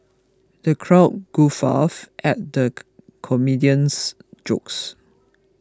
the crowd guffawed at the comedian's jokes